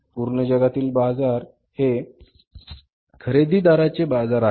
पूर्ण जगातील बाजार हे खरेदीदारांचे बाजार आहेत